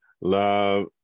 love